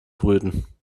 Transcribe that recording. brüten